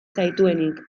zaituenik